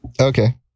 Okay